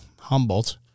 Humboldt